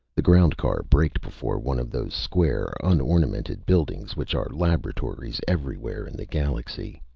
the ground car braked before one of those square, unornamented buildings which are laboratories everywhere in the galaxy.